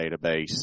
database